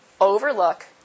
overlook